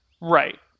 Right